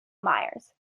myers